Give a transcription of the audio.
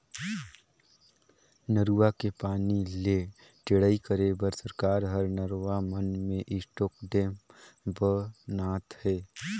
नरूवा के पानी ले टेड़ई करे बर सरकार हर नरवा मन में स्टॉप डेम ब नात हे